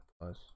Plus